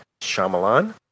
Shyamalan